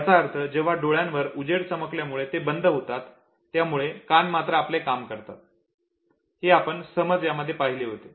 याचा अर्थ जेव्हा डोळ्यांवर उजेड चमकल्यामुळे ते बंद होतात यामुळे कान मात्र आपले काम करतात हे आपण समज यामध्ये पाहिले होते